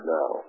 now